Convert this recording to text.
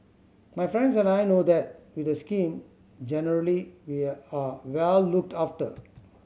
my friends and I know that with the scheme generally we are well looked after